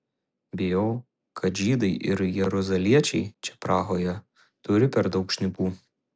bijau kad žydai ir jeruzaliečiai čia prahoje turi per daug šnipų